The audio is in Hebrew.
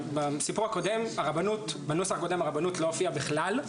בנוסח הקודם הרבנות לא הופיעה בכלל.